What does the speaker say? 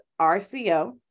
RCO